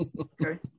Okay